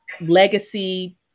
legacy